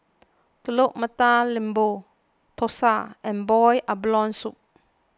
Telur Mata Lembu Thosai and Boiled Abalone Soup